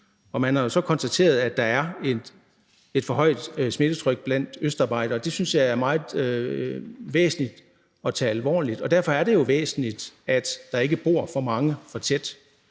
Man har så konstateret, at der er et for højt smittetryk blandt østarbejdere, og det synes jeg er meget væsentligt at tage alvorligt. Og derfor er det jo væsentligt, at der ikke bor for mange for tæt.